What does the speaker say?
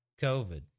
COVID